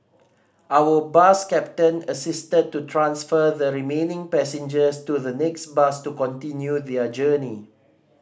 our bus captain assisted to transfer the remaining passengers to the next bus to continue their journey